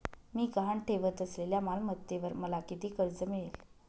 मी गहाण ठेवत असलेल्या मालमत्तेवर मला किती कर्ज मिळेल?